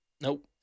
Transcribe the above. Nope